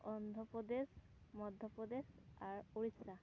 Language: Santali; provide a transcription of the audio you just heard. ᱚᱱᱫᱷᱨᱚᱯᱨᱚᱫᱮᱥ ᱢᱚᱫᱽᱫᱷᱚᱯᱨᱚᱫᱮᱥ ᱟᱨ ᱳᱲᱤᱥᱥᱟ